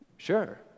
sure